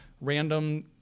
random